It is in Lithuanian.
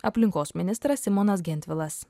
aplinkos ministras simonas gentvilas